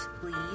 please